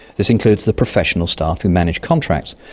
this includes the professional staff who manage contracts,